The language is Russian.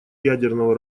ядерного